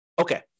Okay